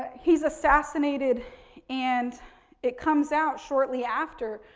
he's assassinated and it comes out shortly after,